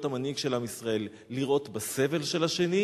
המנהיג של עם ישראל לראות בסבל של השני